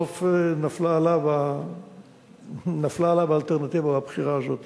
בסוף נפלה עליו האלטרנטיבה או הבחירה הזאת.